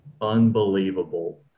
unbelievable